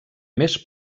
més